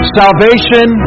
salvation